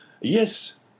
Yes